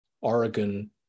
Oregon